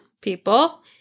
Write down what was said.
people